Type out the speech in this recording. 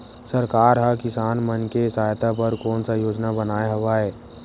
सरकार हा किसान मन के सहायता बर कोन सा योजना बनाए हवाये?